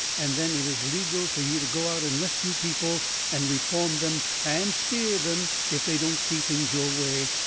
and then it is legal fur you to go out and rescue people and reform them and spear them if they don't see things your way,